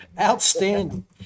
Outstanding